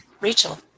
Rachel